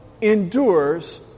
endures